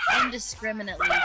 indiscriminately